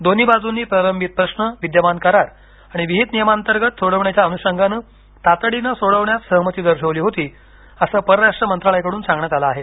दोन्ही बाजूंनी प्रलंबित प्रश्न विद्यमान करार आणि विहित नियमांतर्गत सोडवण्याच्या अनुषंगाने तातडीने सोडविण्यास सहमती दर्शविली होती असं परराष्ट्र मंत्रालयाकडून सांगण्यात आलं आहे